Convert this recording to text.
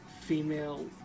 female